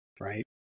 right